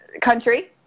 country